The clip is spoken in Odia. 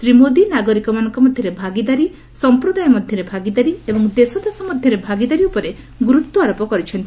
ଶ୍ରୀ ମୋଦି ନାଗରିକମାନଙ୍କ ମଧ୍ୟରେ ଭାଗିଦାରୀ ସଂପ୍ରଦାୟ ମଧ୍ୟରେ ଭାଗିଦାରୀ ଏବଂ ଦେଶ ଦେଶ ମଧ୍ୟରେ ଭାଗିଦାରୀ ଉପରେ ଗୁରୁତ୍ୱ ଆରୋପ କରିଛନ୍ତି